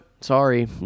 sorry